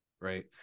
right